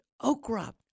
Okra